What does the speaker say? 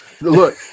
Look